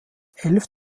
elf